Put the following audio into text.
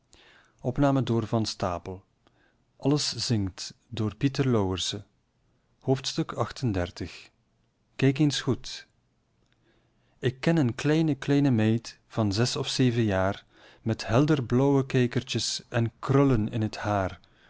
kijk eens goed ik ken een kleine kleine meid van zes of zeven jaar met helderblauwe kijkertjes en krullen in het haar